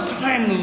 time